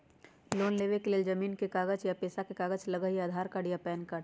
Loan लेवेके लेल जमीन के कागज या पेशा के कागज लगहई या आधार कार्ड या पेन कार्ड?